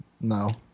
No